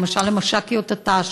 למשל למש"קיות הת"ש.